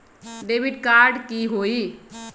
Debit card की होई?